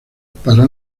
para